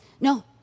no